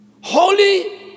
holy